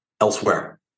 elsewhere